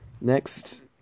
next